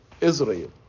Israel